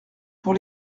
pour